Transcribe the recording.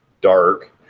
dark